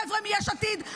חבר'ה מיש עתיד,